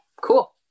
cool